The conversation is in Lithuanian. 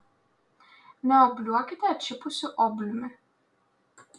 neobliuokite atšipusiu obliumi